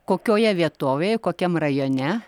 kokioje vietovėje kokiam rajone